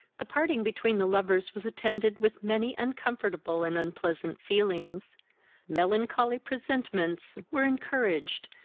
the parting between the lovers was attended with many uncomfortable and unpleasant feelings melancholy presentiments were encouraged,